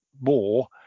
more